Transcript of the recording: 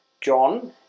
John